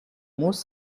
most